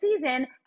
season